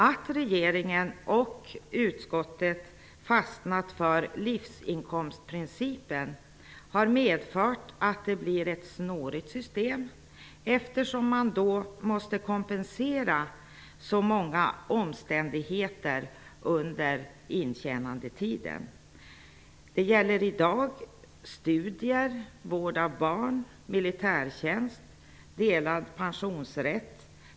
Att regeringen och utskottet har fastnat för livsinkomstprincipen har medfört att det blir ett snårigt system, eftersom man då måste kompensera så många omständigheter under intjänandetiden. Det gäller i dag studier, vård av barn, militärtjänst och delad pensionsrätt.